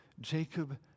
Jacob